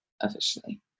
officially